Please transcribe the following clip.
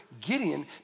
Gideon